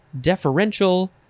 deferential